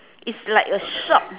is like a shop